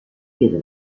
chiede